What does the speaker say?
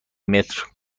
متر